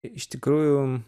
iš tikrųjų